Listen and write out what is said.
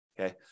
okay